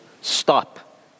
Stop